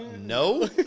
no